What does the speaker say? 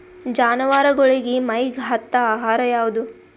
ಜಾನವಾರಗೊಳಿಗಿ ಮೈಗ್ ಹತ್ತ ಆಹಾರ ಯಾವುದು?